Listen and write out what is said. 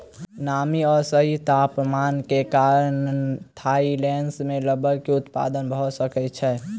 नमी आ सही तापमान के कारण थाईलैंड में रबड़ के उत्पादन भअ सकै छै